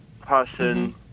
person